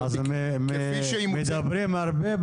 אז מדברים הרבה,